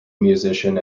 musician